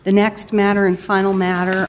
the next matter and final matter